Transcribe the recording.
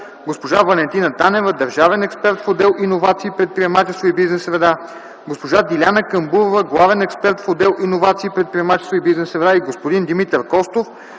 госпожа Валентина Танева – държавен експерт в отдел „Иновации, предприемачество и бизнес среда”, госпожа Диляна Камбурова – главен експерт в отдел „Иновации, предприемачество и бизнес среда”, и господин Димитър Костов